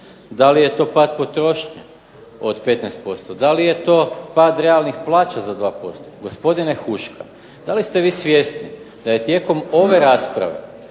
Da li je to pad potrošnje od 15%? Da li je to pad realnih plaća za 2%? Gospodine Huška, da li ste vi svjesni da je tijekom ove rasprave,